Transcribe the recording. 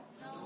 No